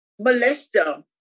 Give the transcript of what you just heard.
molester